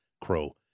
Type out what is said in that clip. crow